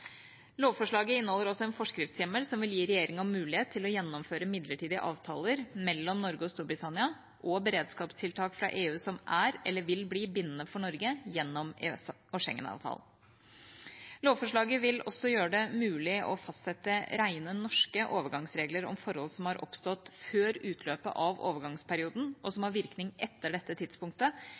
Lovforslaget inneholder også en forskriftshjemmel som vil gi regjeringa mulighet til å gjennomføre midlertidige avtaler mellom Norge og Storbritannia og beredskapstiltak fra EU som er, eller vil bli, bindende for Norge gjennom EØS- og Schengen-avtalen. Lovforslaget vil også gjøre det mulig å fastsette rene norske overgangsregler om forhold som har oppstått før utløpet av overgangsperioden, og som har virkning etter dette tidspunktet,